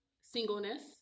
singleness